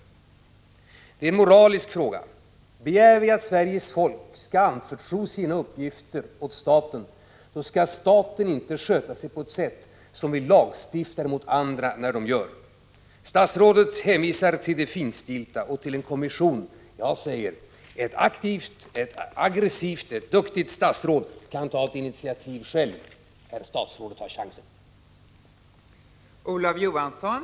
Det här är en moralisk fråga. Om vi begär att Sveriges folk skall anförtro sina uppgifter åt staten, skall staten, som är lagstiftare, inte sköta sig på detta sätt. Statsrådet hänvisar till det finstilta och till en kommission. Men jag säger: Ett aktivt, aggressivt och duktigt statsråd kan ta ett initiativ själv! Herr statsrådet har chansen att göra det.